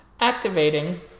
Activating